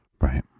Right